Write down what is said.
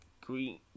Green